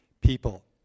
people